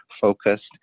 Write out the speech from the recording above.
focused